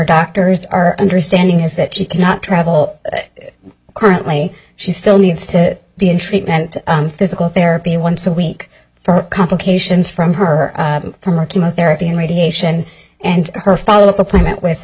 doctors our understanding is that she cannot travel currently she still needs to be in treatment physical therapy once a week for complications from her from her chemotherapy and radiation and her follow up appointment with